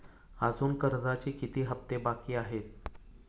अजुन कर्जाचे किती हप्ते बाकी आहेत?